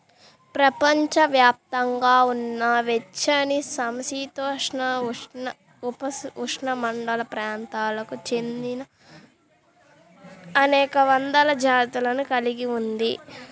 ప్రపంచవ్యాప్తంగా ఉన్న వెచ్చనిసమశీతోష్ణ, ఉపఉష్ణమండల ప్రాంతాలకు చెందినఅనేక వందల జాతులను కలిగి ఉంది